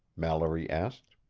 mallory asked.